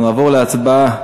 אנחנו נעבור להצבעה